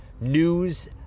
news